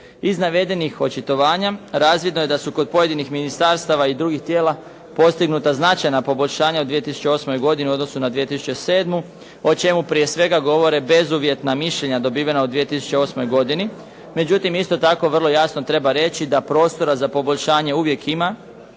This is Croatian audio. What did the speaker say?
Iz navedenih očitovanja razvidno je da su kod pojedinih ministarstava i drugih tijela postignuta značajna poboljšanja u 2008. godinu u odnosu na 2007., o čemu prije svega govore bezuvjetna mišljenja dobivena u 2008. godini. Međutim, isto tako vrlo jasno treba reći da prostora za poboljšanje uvijek ima,